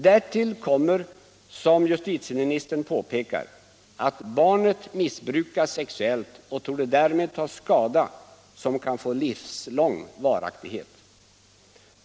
Därtill kommer, som justitieministern påpekar, att barnet missbrukas sexuellt och därmed torde ta skada som kan få livslång varaktighet.